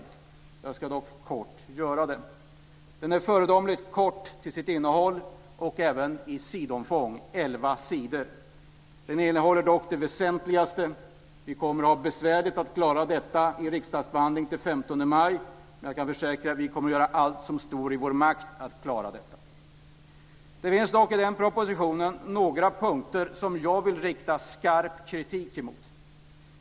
Jag ska dock kort göra det. Den är föredömligt kort till sitt innehåll, och även i sidomfång - elva sidor. Den innehåller dock det väsentligaste. Vi kommer att få det besvärligt att klara riksdagsbehandlingen till den 15 maj, men jag kan försäkra att vi kommer att göra allt som står i vår makt för att klara det. Det finns dock några punkter i den propositionen som jag vill rikta skarp kritik emot.